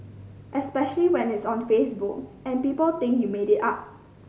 especially when it's on Facebook and people think you made it up